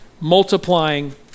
multiplying